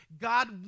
God